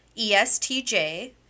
ESTJ